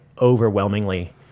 overwhelmingly